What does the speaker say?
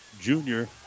junior